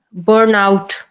burnout